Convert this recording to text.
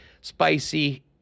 spicy